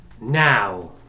Now